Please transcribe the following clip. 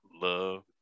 love